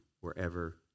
wherever